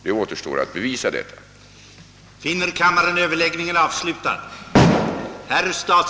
Det återstår att bevisa en sådan.